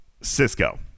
Cisco